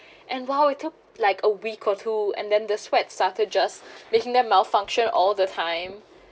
and while it took like a week or two and then the sweat started just making them malfunction all the time